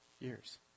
years